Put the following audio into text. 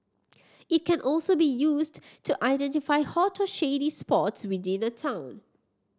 it can also be used to identify hot or shady spots within a town